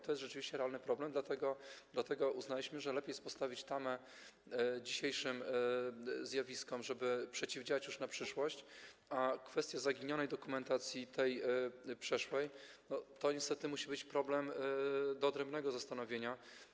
To jest rzeczywiście realny problem, dlatego uznaliśmy, że lepiej jest postawiać tamę dzisiejszym zjawiskom, żeby przeciwdziałać już na przyszłość, a kwestia zaginionej dokumentacji, tej przeszłej, to niestety musi być problem do odrębnego zastanowienia.